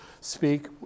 speak